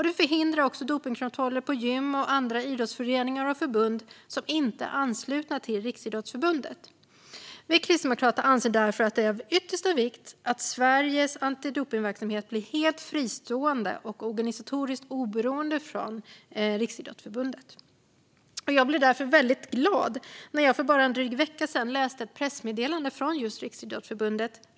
Det förhindrar också dopningskontroller på gym och i andra idrottsföreningar och förbund som inte är anslutna till Riksidrottsförbundet. Vi kristdemokrater anser därför att det är av yttersta vikt att Sveriges antidopningsverksamhet blir helt fristående från och organisatoriskt oberoende av Riksidrottsförbundet. Jag blev därför väldigt glad när jag för bara drygt en vecka sedan läste ett pressmeddelande ifrån just Riksidrottsförbundet.